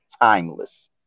timeless